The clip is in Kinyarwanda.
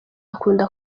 akunda